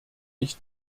ich